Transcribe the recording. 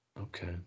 Okay